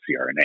CRNA